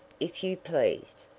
if you please.